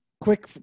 Quick